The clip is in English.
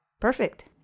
Perfect